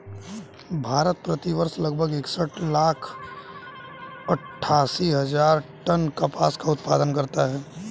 भारत, प्रति वर्ष लगभग इकसठ लाख अट्टठासी हजार टन कपास का उत्पादन करता है